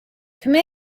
come